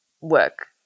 work